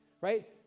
right